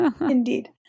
Indeed